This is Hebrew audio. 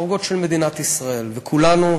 בערוגות של מדינת ישראל, וכולנו,